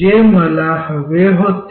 जे मला हवे होते